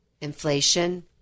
inflation